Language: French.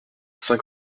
saint